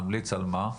נמליץ על מה?